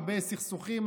הרבה סכסוכים,